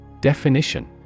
Definition